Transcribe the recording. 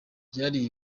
byari